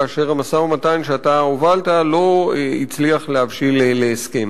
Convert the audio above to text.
כאשר המשא-ומתן שאתה הובלת לא הצליח להבשיל להסכם.